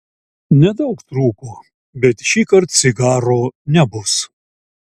nedaug trūko bet šįkart cigaro nebus